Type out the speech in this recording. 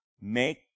Make